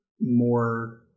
more